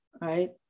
right